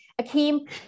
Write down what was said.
Akeem